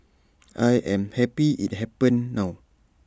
I am happy IT happened now